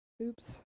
Oops